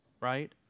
right